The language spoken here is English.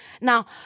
Now